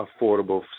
affordable